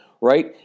right